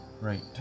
Right